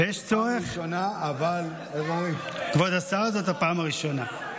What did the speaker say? פעם ראשונה, אבל, כבוד השר, זאת הפעם הראשונה.